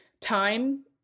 Time